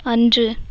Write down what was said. அன்று